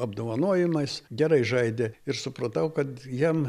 apdovanojimais gerai žaidė ir supratau kad jam